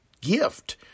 gift